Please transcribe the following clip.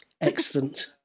Excellent